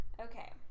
Okay